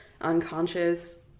unconscious